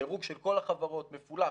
דירוג של כל החברות מפולח,